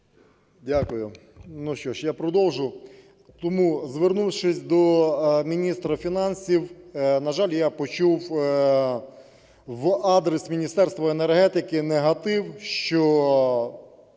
Дякую. Що ж, я продовжу. Тому, звернувшись до міністра фінансів, на жаль, я почув на адресу Міністерства енергетики негатив, що